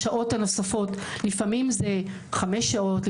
השעות הנוספות לפעמים זה חמש שעות,